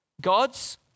God's